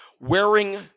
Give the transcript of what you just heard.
wearing